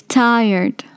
tired